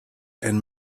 and